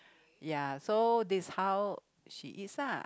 ya so this is how she eats lah